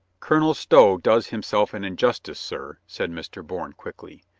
colonel stow does himself an injustice, sir, said mr. bourne quickly.